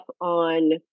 on